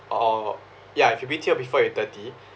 oo ya if you B_T_O before you're thirty